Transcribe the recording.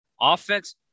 offense